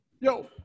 yo